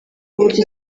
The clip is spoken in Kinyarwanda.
uburyo